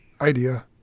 idea